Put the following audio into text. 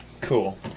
Cool